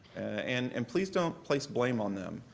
and and please don't place blame on them.